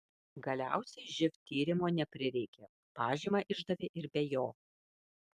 galiausiai živ tyrimo neprireikė pažymą išdavė ir be jo